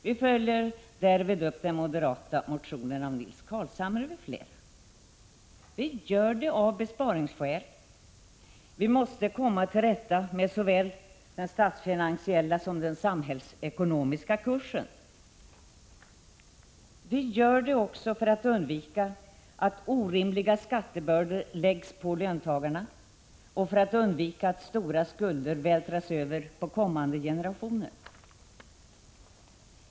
Vi följer därmed upp den moderata motionen av Nils Carlshamre m.fl. Vi gör det av besparingsskäl. Vi måste komma till rätta med såväl den statsfinansiella som den samhällsekonomiska kursen. Vi gör det också för att undvika att orimliga skattebördor läggs på löntagarna och för att undvika att stora skulder vältras över på kommande generationer.